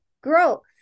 growth